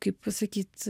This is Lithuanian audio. kaip pasakyt